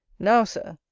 now, sir,